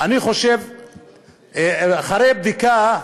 אחרי בדיקה,